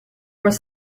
was